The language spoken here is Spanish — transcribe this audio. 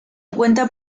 encuentra